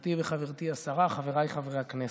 גברתי וחברתי השרה, חבריי חברי הכנסת,